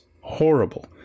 horrible